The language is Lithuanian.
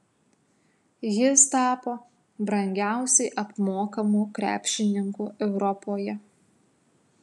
jis tapo brangiausiai apmokamu krepšininku europoje